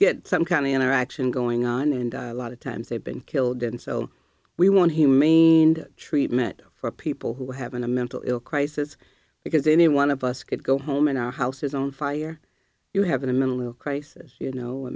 get some kind of interaction going on and a lot of times they've been killed and so we want humane treatment for people who haven't a mental ill crisis because any one of us could go home and our house is on fire you have a mentally ill crisis you know i